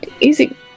Easy